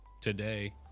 today